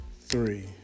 three